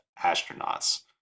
astronauts